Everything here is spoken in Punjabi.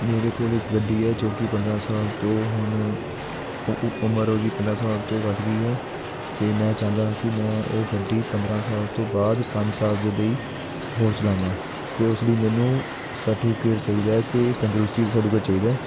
ਮੇਰੇ ਕੋਲ ਇੱਕ ਗੱਡੀ ਹੈ ਜੋ ਕਿ ਪੰਦਰ੍ਹਾਂ ਸਾਲ ਤੋਂ ਹੁਣ ਉਮਰ ਉਹਦੀ ਪੰਦਰ੍ਹਾਂ ਸਾਲ ਤੋਂ ਵੱਧ ਗਈ ਹੈ ਅਤੇ ਮੈਂ ਚਾਹੁੰਦਾ ਹਾਂ ਕਿ ਮੈਂ ਉਹ ਗੱਡੀ ਪੰਦਰ੍ਹਾਂ ਸਾਲ ਤੋਂ ਬਾਅਦ ਪੰਜ ਸਾਲ ਦੇ ਲਈ ਹੋਰ ਚਲਾਵਾਂ ਤਾਂ ਉਸ ਲਈ ਮੈਨੂੰ ਸਰਟੀਫਿਕੇਟ ਚਾਹੀਦਾ ਕਿ ਤੰਦਰੁਸਤੀ ਦਾ ਸਰਟੀਫਿਕੇਟ ਚਾਹੀਦਾ ਹੈ